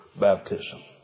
baptism